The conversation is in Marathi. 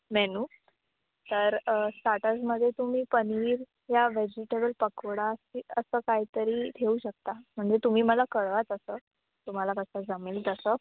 मेनू तर स्टार्टर्समध्ये तुम्ही पनीर या व्हेजिटेबल पकोडा की असं काही तरी ठेवू शकता म्हणजे तुम्ही मला कळवा तसं तुम्हाला कसं जमेल तसं